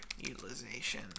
utilization